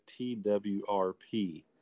twrp